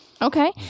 Okay